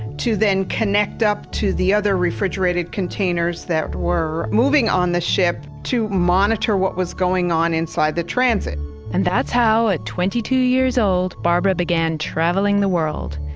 to then connect up to the other refrigerated containers that were moving on the ship to monitor what was going on inside the transit and that's how, at twenty two years old, barbara began traveling the world,